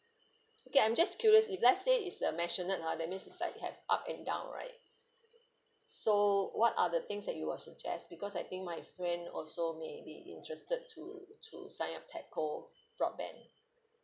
okay I'm just curious if let's say it's a maisonette ha that means it's like it have up and down right so what are the things that you will suggest because I think my friend also may be interested to to sign up telco broadband